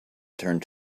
turned